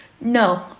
No